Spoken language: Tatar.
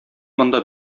монда